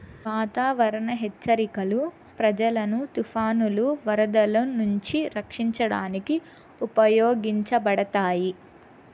వాతావరణ హెచ్చరికలు ప్రజలను తుఫానులు, వరదలు నుంచి రక్షించడానికి ఉపయోగించబడతాయి